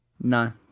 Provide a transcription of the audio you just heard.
No